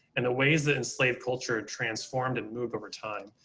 and the ways that enslaved culture are transformed and move over time.